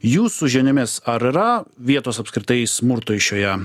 jūsų žiniomis ar yra vietos apskritai smurtui šioje